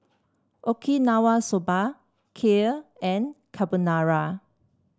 Okinawa Soba Kheer and Carbonara